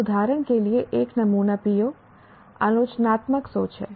अब उदाहरण के लिए एक नमूना PO आलोचनात्मक सोच है